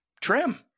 trim